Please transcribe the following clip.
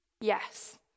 yes